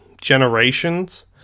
Generations